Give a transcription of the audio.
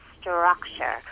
structure